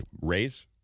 raise